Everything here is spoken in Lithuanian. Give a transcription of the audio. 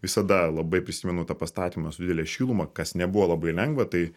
visada labai prisimenu tą pastatymą su didele šiluma kas nebuvo labai lengva tai